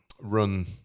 run